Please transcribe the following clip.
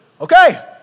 Okay